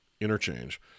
interchange